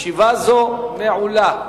אין מתנגדים ואין נמנעים.